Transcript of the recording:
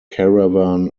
caravan